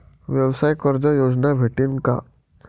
व्यवसाय कर्ज योजना भेटेन का?